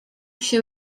się